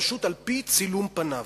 פשוט על-פי צילום פניו.